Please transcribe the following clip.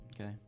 Okay